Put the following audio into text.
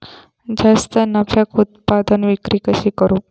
जास्त नफ्याक उत्पादन विक्री कशी करू?